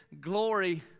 glory